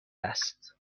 است